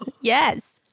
yes